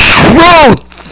truth